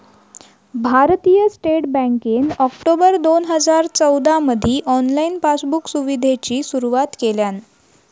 भारतीय स्टेट बँकेन ऑक्टोबर दोन हजार चौदामधी ऑनलाईन पासबुक सुविधेची सुरुवात केल्यान